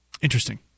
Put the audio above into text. Interesting